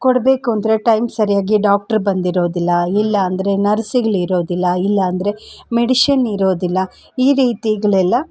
ಕೊಡಬೇಕು ಅಂದರೆ ಟೈಮ್ಗೆ ಸರಿಯಾಗಿ ಡಾಕ್ಟ್ರ್ ಬಂದಿರೋದಿಲ್ಲ ಇಲ್ಲಾಂದರೆ ನರ್ಸ್ಗಳಿರೋದಿಲ್ಲ ಇಲ್ಲಾಂದರೆ ಮೆಡಿಷನ್ ಇರೋದಿಲ್ಲ ಈ ರೀತಿಗಳೆಲ್ಲ